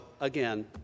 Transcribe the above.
again